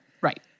Right